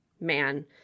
man